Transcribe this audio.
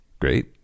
great